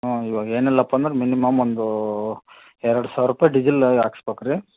ಹ್ಞೂ ಇವಾಗ ಏನಿಲ್ಲಪ್ಪಂದ್ರೆ ಮಿನಿಮಮ್ ಒಂದು ಎರಡು ಸಾವಿರ ರೂಪಾಯಿ ಡಿಜೆಲ್ಲು ಹಾಕ್ಸ್ಬೇಕ್ ರೀ